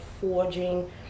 forging